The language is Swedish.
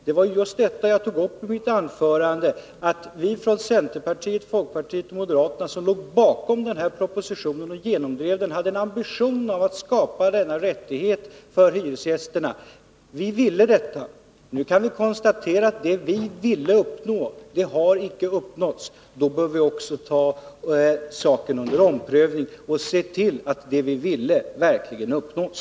Det var just detta jag tog upp i mitt huvudanförande — att vi från centern, folkpartiet och moderaterna, som låg bakom propositionen och genomdrev den, hade ambitionen att skapa denna rättighet för hyresgästerna. Vi ville åstadkomma den. Nu kan vi konstatera att det vi ville uppnå inte har uppnåtts. Då bör vi också ta saken under omprövning och se till att det vi ville uppnå verkligen uppnås.